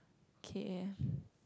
okay